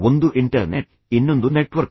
ಒಂದು ಇಂಟರ್ನೆಟ್ ಇನ್ನೊಂದು ನೆಟ್ವರ್ಕ್